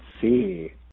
see